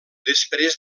després